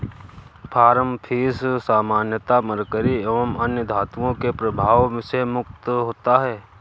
farm fish सामान्यतः mercury एवं अन्य धातुओं के प्रभाव से मुक्त होता है